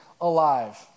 alive